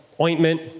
ointment